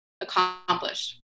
accomplished